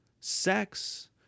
sex